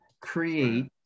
create